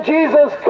Jesus